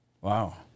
Wow